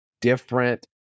different